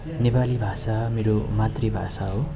नेपाली भाषा मेरो मातृभाषा हो